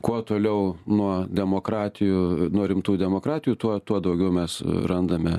kuo toliau nuo demokratijų nuo rimtų demokratijų tuo tuo daugiau mes randame